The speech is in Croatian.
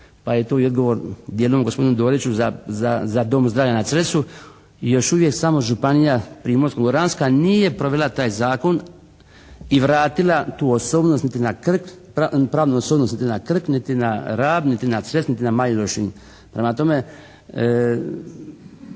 pa je tu i odgovor dijelom gospodinu Doriću za Dom zdravlja na Cresu. Još uvijek samo Županija primorsko-goranska nije provela taj zakon i vratila tu osobnost niti na Krk, pravnu osobnost niti na Krk, niti na Rab, niti na Cres,